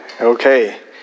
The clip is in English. Okay